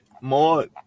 more